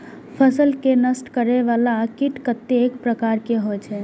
फसल के नष्ट करें वाला कीट कतेक प्रकार के होई छै?